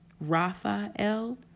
Raphael